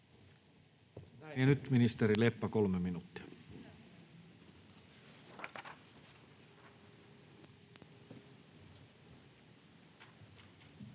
Nyt ministeri Leppä, kolme minuuttia.